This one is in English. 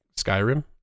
Skyrim